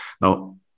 Now